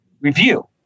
Review